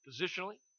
positionally